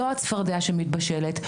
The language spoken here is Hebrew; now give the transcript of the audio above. זו הצפרדע שמתבשלת.